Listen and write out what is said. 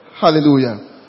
hallelujah